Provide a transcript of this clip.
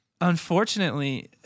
unfortunately